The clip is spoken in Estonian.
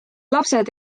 lapsed